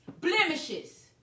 Blemishes